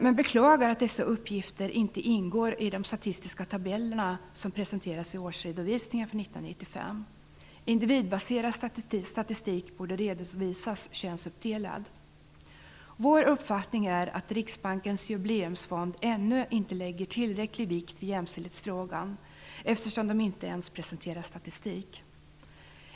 Man beklagar att dessa uppgifter inte ingår i de statistiska tabeller som presenteras i årsredovisningen för Vår uppskattning är att Riksbankens Jubileumsfond ännu inte lägger tillräcklig vikt vid jämställdhetsfrågan eftersom de inte ens presenterar statistik.